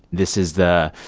this is the,